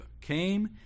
came